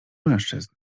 mężczyzn